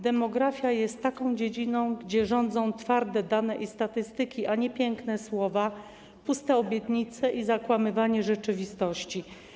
Demografia jest taką dziedziną, gdzie rządzą twarde dane i statystyki, a nie piękne słowa, puste obietnice i zakłamywanie rzeczywistości.